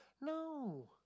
No